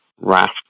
raft